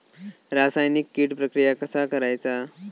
रासायनिक कीड प्रक्रिया कसा करायचा?